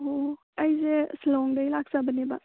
ꯑꯣ ꯑꯩꯁꯦ ꯁꯤꯂꯣꯡꯗꯒꯤ ꯂꯥꯛꯆꯕꯅꯦꯕ